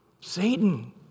Satan